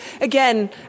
again